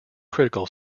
critical